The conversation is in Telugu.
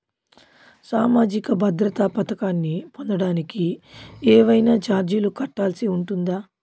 సామాజిక భద్రత పథకాన్ని పొందడానికి ఏవైనా చార్జీలు కట్టాల్సి ఉంటుందా?